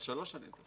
אז שלוש שנים.